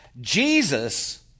Jesus